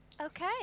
Okay